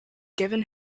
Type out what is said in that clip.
given